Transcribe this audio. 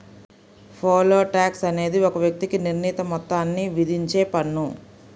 pole tax అనేది ఒక వ్యక్తికి నిర్ణీత మొత్తాన్ని విధించే పన్ను